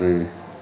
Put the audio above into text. टे